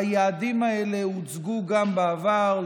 היעדים האלה הוצגו גם בעבר,